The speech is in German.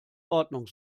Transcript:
ordnung